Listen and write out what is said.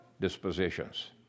dispositions